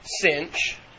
Cinch